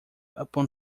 upon